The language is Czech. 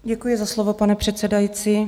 Děkuji za slovo, pane předsedající.